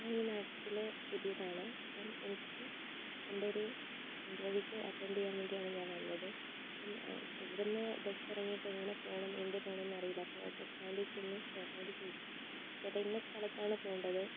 ഞാനീ നാട്ടില് പുതിയതാണ് അപ്പം എനിക്ക് എന്റെയൊരു ഇന്റെർവ്യുക്കു അറ്റൻഡ് ചെയ്യാൻ വേണ്ടിയാണ് ഞാൻ വന്നത് അപ്പം ഇവിടുന്ന് ബസ്സിറങ്ങിട്ട് എങ്ങനെ പോകണം എന്ത് പോകണം എന്നറിയില്ല അപ്പൊൾ ഓട്ടോ സ്റ്റാൻഡിൽ ചെന്ന് ചേട്ടനോട് ചോദിച്ചു ചേട്ടാ ഇന്ന സ്ഥലത്താണ് പോകണ്ടത്